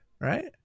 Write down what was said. right